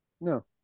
No